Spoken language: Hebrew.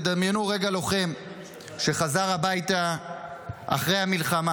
תדמיינו רגע לוחם שחזר הביתה אחרי המלחמה.